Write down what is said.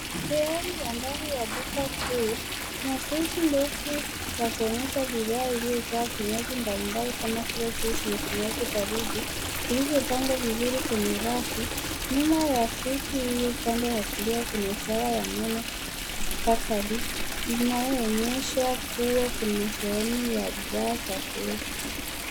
Sehemu ya ndani ya duka kuu, kuna friji ndefu ya kuonyesha bidhaa iliyojaa vinywaji mbalimbali kama vile juisi na vitumiaji baridi, vilivyopangwa vizuri kwenye rafu. Nyuma ya friji hii upande wa kulia kuna ishara ya neno bakery linaloonyesha kuwa kuna sehemu ya bidhaa za kuokwa.